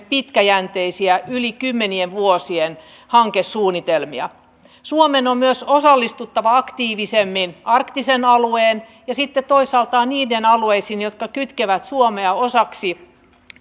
pitkäjänteisiä yli kymmenien vuosien hankesuunnitelmia suomen on myös osallistuttava aktiivisemmin arktisen alueen ja sitten toisaalta niiden alueiden jotka kytkevät suomea osaksi